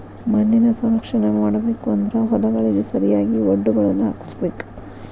ಮಣ್ಣಿನ ಸಂರಕ್ಷಣೆ ಮಾಡಬೇಕು ಅಂದ್ರ ಹೊಲಗಳಿಗೆ ಸರಿಯಾಗಿ ವಡ್ಡುಗಳನ್ನಾ ಹಾಕ್ಸಬೇಕ